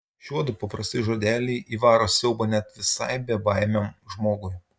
šiuodu paprasti žodeliai įvaro siaubą net visai bebaimiam žmogui